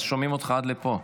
אז שומעים אותך עד לפה.